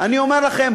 אני אומר לכם,